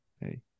Hey